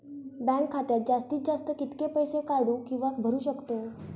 Bank खात्यात जास्तीत जास्त कितके पैसे काढू किव्हा भरू शकतो?